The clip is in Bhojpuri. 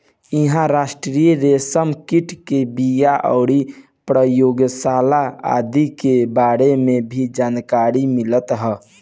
इहां राष्ट्रीय रेशम कीट के बिया अउरी प्रयोगशाला आदि के बारे में भी जानकारी मिलत ह